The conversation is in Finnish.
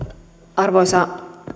arvoisa